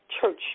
church